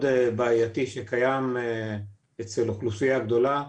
בעייתי שקיים אצל אוכלוסייה גדולה.